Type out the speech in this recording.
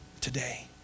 today